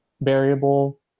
variable